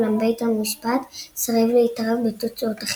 אולם בית המשפט סירב להתערב בתוצאות החידון.